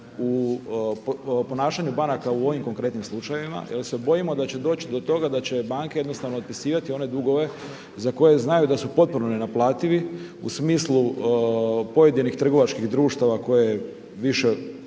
u ponašanju banaka u ovim konkretnim slučajevima jer se bojimo da će doći do toga da će banke jednostavno otpisivati one dugove za koje znaju da su potpuno nenaplativi u smislu pojedinih trgovačkih društava koje više